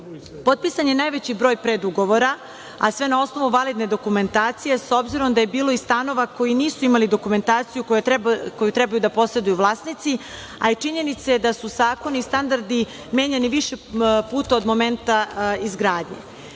projekta. Potpisan je najveći broj predugovora, a sve na osnovu vanredne dokumentacije, s obzirom da je bilo stanova koji nisu imali dokumentaciju koju treba da poseduju vlasnici, a i činjenica je da su zakoni, standardi menjani više puta od momenta izgradnje. Grad